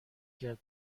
کرد